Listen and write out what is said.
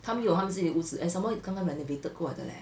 他们有他们自己的屋子 and some more it's 刚刚 renovated 过的 leh